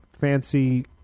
fancy